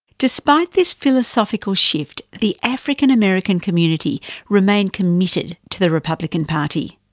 despite this philosophical shift, the african american community remained committed to the republican party.